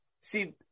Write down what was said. see